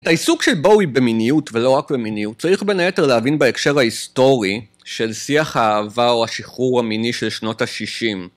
העיסוק של בואי במיניות ולא רק במיניות צריך בין היתר להבין בהקשר ההיסטורי של שיח האהבה או השחרור המיני של שנות ה-60.